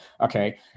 Okay